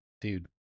dude